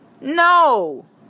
no